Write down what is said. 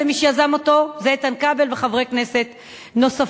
ומי שיזם אותו זה איתן כבל וחברי כנסת נוספים.